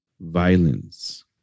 violence